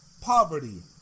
Poverty